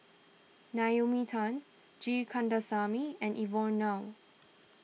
Naomi Tan G Kandasamy and Evon Kow